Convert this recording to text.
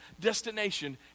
destination